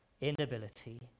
inability